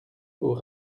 aux